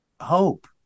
hope